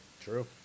True